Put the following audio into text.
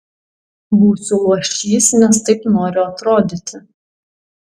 būsiu luošys nes taip noriu atrodyti